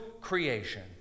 creation